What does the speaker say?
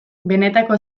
benetako